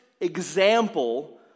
example